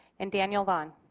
and daniel vaughan.